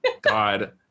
God